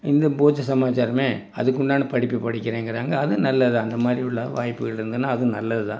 இந்த பூஜை சமாச்சாரமே அதுக்குண்டான படிப்பு படிக்கிறேங்கிறாங்க அதுவும் நல்லதுதான் அந்த மாதிரி உள்ள வாய்ப்புகள் இருந்ததுனா அதுவும் நல்லது தான்